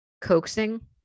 coaxing